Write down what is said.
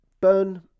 Burn